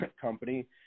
company